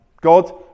God